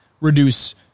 reduce